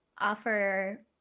offer